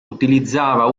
utilizzava